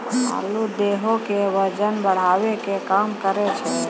आलू देहो के बजन बढ़ावै के काम करै छै